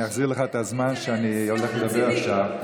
אני אחזיר לך את הזמן שאני הולך לדבר עכשיו.